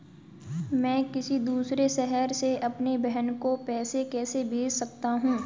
मैं किसी दूसरे शहर से अपनी बहन को पैसे कैसे भेज सकता हूँ?